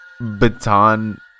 Baton